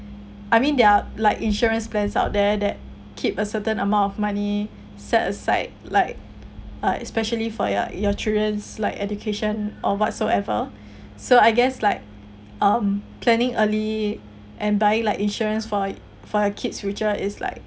I mean there are like insurance plans out there that keep a certain amount of money set aside like uh especially for your your children like education or whatsoever so I guess like um planning early and buying like insurance for for your kids future is like